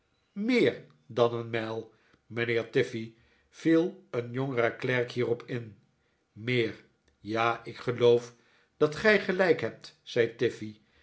meer dan een mijl mijnheer tiffey viel een jongere klerk hierop in meer ja ik geloof dat gij gelijk hebt zei